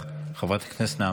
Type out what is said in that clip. חבר הכנסת אלמוג כהן,